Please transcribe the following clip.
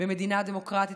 במדינה דמוקרטית,